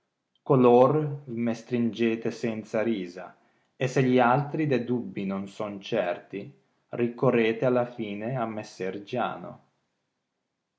color t me stringete senza risa se gli altri de dubbii non son certi ricorrete alla fine a messer giano